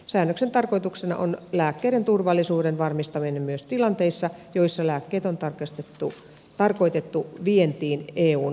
säännöksen tarkoituksena on lääkkeiden turvallisuuden varmistaminen myös tilanteissa joissa lääkkeet on tarkoitettu vientiin eun ulkopuolelle